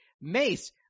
Mace